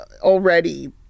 already